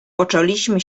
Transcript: poczęliśmy